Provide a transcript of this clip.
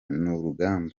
n’urugamba